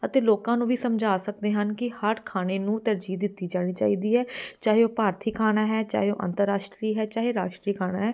ਅਤੇ ਲੋਕਾਂ ਨੂੰ ਵੀ ਸਮਝਾ ਸਕਦੇ ਹਨ ਕਿ ਹਰ ਖਾਣੇ ਨੂੰ ਤਰਜੀਹ ਦਿੱਤੀ ਜਾਣੀ ਚਾਹੀਦੀ ਹੈ ਚਾਹੇ ਉਹ ਭਾਰਤੀ ਖਾਣਾ ਹੈ ਚਾਹੇ ਉਹ ਅੰਤਰਰਾਸ਼ਟਰੀ ਹੈ ਚਾਹੇ ਰਾਸ਼ਟਰੀ ਖਾਣਾ ਹੈ